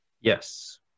Yes